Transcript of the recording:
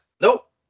Nope